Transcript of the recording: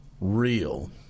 real